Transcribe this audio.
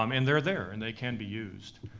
um and they're there, and they can be used.